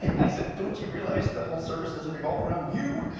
i said, don't you realize the whole service doesn't revolve around you.